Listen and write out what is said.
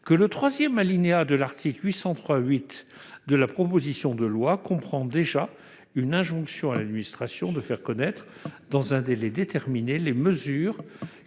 que l'alinéa 3 de l'article 803-8 de la proposition de loi comprend déjà une injonction à l'administration de faire connaître, dans un délai déterminé, les mesures